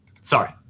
sorry